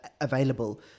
available